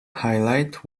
highlight